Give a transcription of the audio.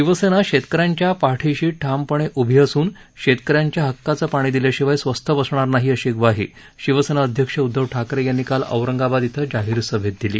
शिवसेना शेतकऱ्यांच्या पाठिशी ठामपणे उभी असून शेतकऱ्यांच्या हक्काचं पाणी दिल्याशिवाय स्वस्थ बसणार नाही अशी ग्वाही शिवसेना अध्यक्ष उद्धव ठाकरे यांनी काल औरंगाबाद इथं जाहीर सभेत दिली